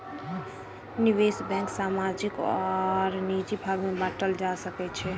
निवेश बैंक सामाजिक आर निजी भाग में बाटल जा सकै छै